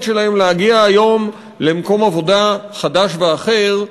שלהם להגיע היום למקום עבודה חדש ואחר,